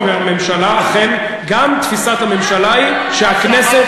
הממשלה אכן, גם תפיסת הממשלה היא שהכנסת